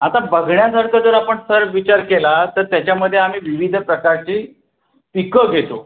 आता बघण्यासारखं जर आपण सर विचार केला तर त्याच्यामध्ये आम्ही विविध प्रकारची पिकं घेतो